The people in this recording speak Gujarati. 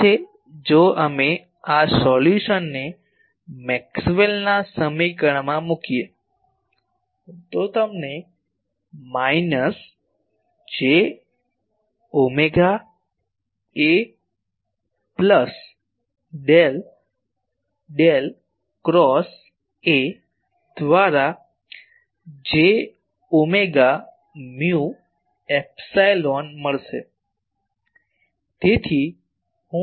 E છે જો અમે આ સોલ્યુશનને મેક્સવેલના સમીકરણમાં મૂકીએ તો તમને minus j omega A plus del del cross A ભાગ્યા j ઓમેગા મ્યુ એપ્સીલોન મળશે